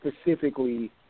specifically